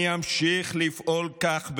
אני אמשיך לפעול כך,